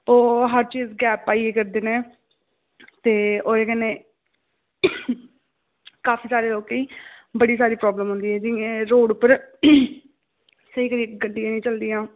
ओह् हर चीज़ गैप पाइयै करदे न ते ओह्दे कन्नै काफी सारें ई लोकें ई बड़ी सारी प्रॉब्लम आंदी ऐ रोड़ पर स्हेई करियै गड्डियां निं चलदियां